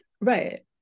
Right